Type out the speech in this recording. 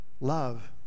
love